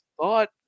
thought